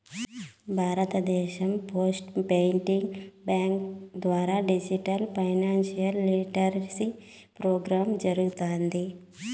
భారతదేశం post payments bank ద్వారా digital financial literacy program జరగతాంది